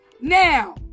Now